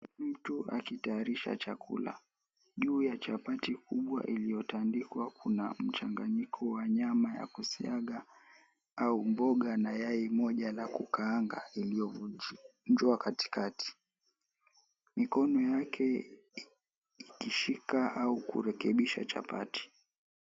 Mtu akitayarisha chakula juu ya chapati kubwa iliyotandikwa kuna mchanganyiko wa nyama ya kusiaga au mboga na yai moja la kukaanga iliyovunjwa katikati. Mikono yake ikishika au kurekebisha chapati.